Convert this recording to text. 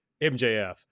mjf